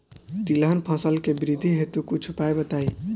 तिलहन फसल के वृद्धि हेतु कुछ उपाय बताई?